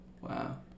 Wow